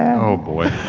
oh, boy.